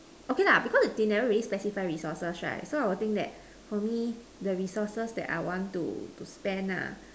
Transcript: okay lah because they never really specify resources right so I will think that for me the resources that I want to to spend nah